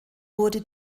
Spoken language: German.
wurde